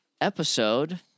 episode